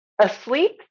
asleep